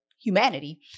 humanity